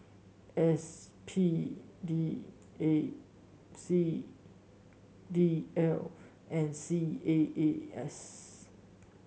S P D A P D L and C A A S